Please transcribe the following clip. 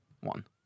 one